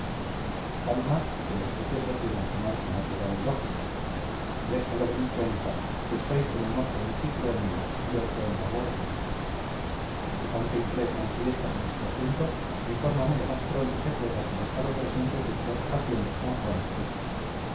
calma y que los sucesos lleven su marcha natural y lógica déjalo de mi cuenta que estoy con un ojo en cintruénigo y otro en la guardia ya que tanto interés manifiestas en este asunto infórmame lo más pronto que puedas del estado presente de tus relaciones con juana teresa